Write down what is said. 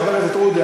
חבר הכנסת עודֶה,